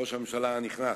ראש הממשלה הנכנס,